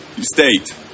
state